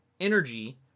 energy